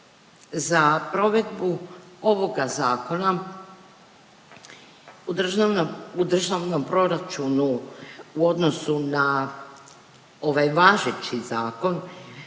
za provedbu ovoga zakona u državnom proračunu u odnosu na ovaj važeći zakon